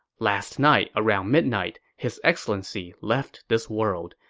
last night around midnight, his excellency left this world.